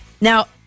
now